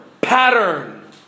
pattern